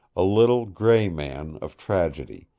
a little gray man of tragedy,